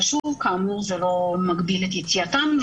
אבל שוב כאמור זה לא מגביל את יציאתם.